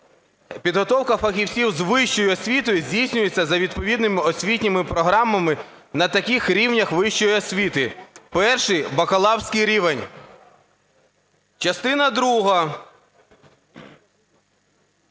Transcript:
"Підготовка фахівців з вищою освітою здійснюється за відповідними освітніми програмами на таких рівнях вищої освіти: перший (бакалаврський рівень)…". Частина друга.